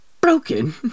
broken